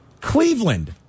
Cleveland